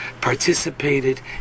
participated